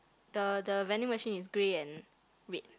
the the vending machine is grey and red